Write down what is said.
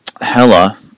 Hela